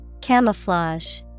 Camouflage